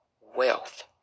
wealth